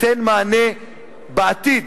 תיתן מענה בעתיד,